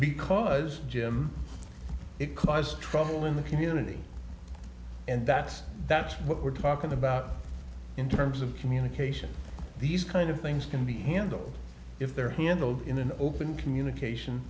because jim it causes trouble in the community and that's that's what we're talking about in terms of communication these kind of things can be handled if they're handled in an open communication